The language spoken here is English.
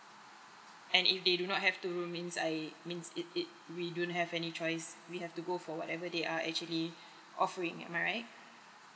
and if they do not have two means I means it it we don't have any choice we have to go for whatever they are actually offering am I right